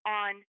on